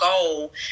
goal